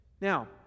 Now